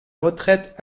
retraite